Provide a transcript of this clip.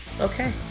Okay